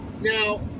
Now